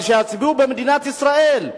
אבל שיצביעו במדינת ישראל.